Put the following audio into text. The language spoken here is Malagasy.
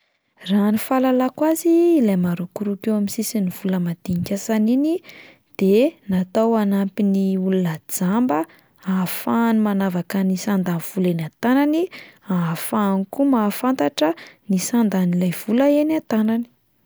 Raha ny fahalalako azy ilay marokoroko eo amin'ny sisin'ny vola madinika sasany iny de natao hanampy ny olona jamba, ahafahany manavaka ny sandan'ny vola eny an-tànany, ahafahany koa mahafantatra ny sandan'ilay vola eny an-tànany.